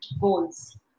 Goals